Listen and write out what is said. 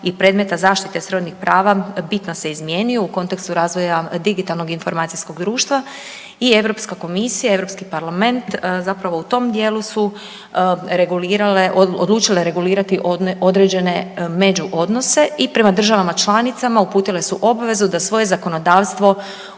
i predmeta zaštite srodnih prava bitno se izmijenio u kontekstu razvoja digitalnog informacijskog društva. I Europska komisija, Europski parlament zapravo u tom dijelu su regulirale, odlučile regulirati određene međuodnose i prema državama članicama uputile su obvezu da svoje zakonodavstvo